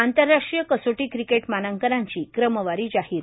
आंतरराष्ट्रीय कसोटी क्रिकेट मानांकनांची क्रमवारी जाहिर